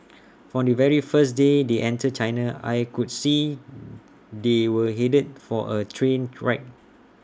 from the very first day they entered China I could see they were headed for A train wreck